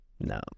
No